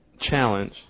challenge